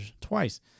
twice